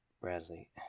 Bradley